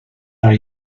are